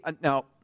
now